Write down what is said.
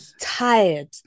tired